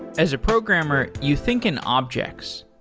as a programmer, you think an object.